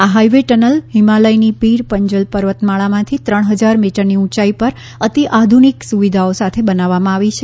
આ highway tunnel હિમાલયની પીર પંજલ પર્વતમાળામાંથી ત્રણ હજાર મીટરની ઊંચાઈ પર અતિ આધુનિક સુવિધાઓ સાથે બનાવવામાં આવી છે